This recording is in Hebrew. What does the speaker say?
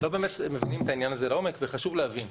לא באמת מבינים את העניין הזה לעומק וחשוב להבין,